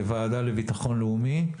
כוועדה לביטחון לאומי,